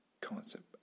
concept